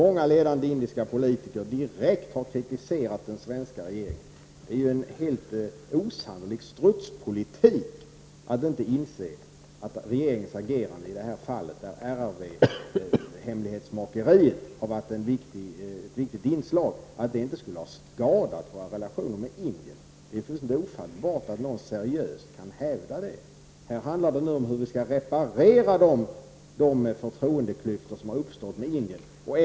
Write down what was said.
Många ledande indiska politiker har direkt kritiserat den svenska regeringen. Det är en helt osannolik strutspolitik att inte inse att regeringens agerande i detta fall, RRV-hemlighetsmakeriet, som har varit ett viktigt inslag, har skadat våra relationer med Indien. Det är fullständigt ofattbart att någon seriöst kan hävda det. Här handlar det om hur vi skall reparera de förtroendeklyftor som har uppstått mellan Sverige och Indien.